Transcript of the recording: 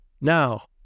Now